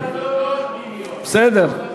יש פה הטרדות מיניות, בסדר.